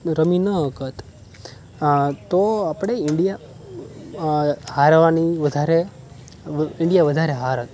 રમી ન શકત આ તો આપણે ઈન્ડિયા હારવાની વધારે ઈન્ડિયા વધારે હારત